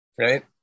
Right